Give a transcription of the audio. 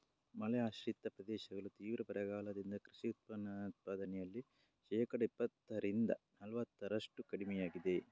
ಮಳೆ ಆಶ್ರಿತ ಪ್ರದೇಶಗಳು ತೀವ್ರ ಬರಗಾಲದಿಂದ ಕೃಷಿ ಉತ್ಪಾದನೆಯಲ್ಲಿ ಶೇಕಡಾ ಇಪ್ಪತ್ತರಿಂದ ನಲವತ್ತರಷ್ಟು ಕಡಿಮೆಯಾಗಿದೆ